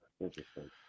Interesting